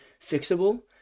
fixable